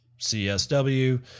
CSW